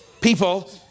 people